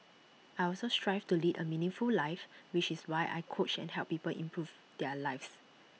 I also strive to lead A meaningful life which is why I coach and help people improve their lives